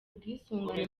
ubwisungane